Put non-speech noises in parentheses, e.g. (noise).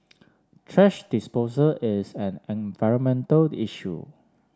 (noise) thrash disposal is an environmental issue